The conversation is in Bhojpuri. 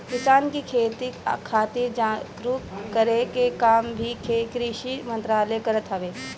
किसान के खेती खातिर जागरूक करे के काम भी कृषि मंत्रालय करत हवे